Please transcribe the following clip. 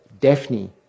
Daphne